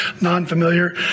non-familiar